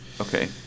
Okay